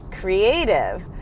creative